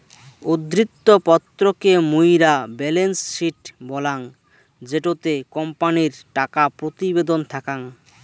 উদ্ধৃত্ত পত্র কে মুইরা বেলেন্স শিট বলাঙ্গ জেটোতে কোম্পানির টাকা প্রতিবেদন থাকাং